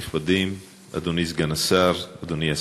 אני מתכבד להזמין את סגן שר הביטחון חבר הכנסת אלי בן-דהן